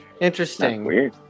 Interesting